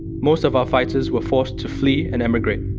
most of our fighters were forced to flee and emigrate.